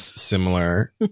similar